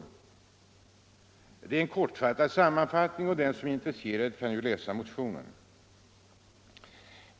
Detta är en kortfattad sammanfattning. Den som är intresserad kan läsa motionen.